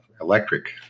electric